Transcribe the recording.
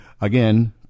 again